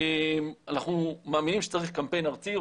אנחנו מאמינים שצריך קמפיין ארצי,